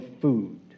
food